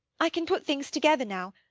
i can put things together now.